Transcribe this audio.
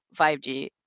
5G